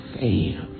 fail